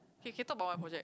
K K talk about my project